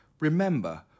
Remember